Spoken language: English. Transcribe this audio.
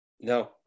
No